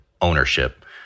ownership